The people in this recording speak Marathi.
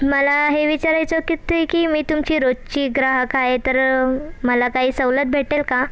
मला हे विचारायचं की ते की मी तुमची रोजची ग्राहक आहे तर मला काही सवलत भेटेल का